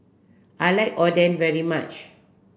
I like Oden very much